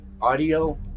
audio